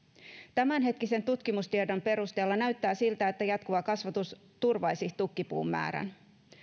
tämänhetkisen tutkimustiedon perusteella näyttää siltä että jatkuva kasvatus turvaisi tukkipuun määrän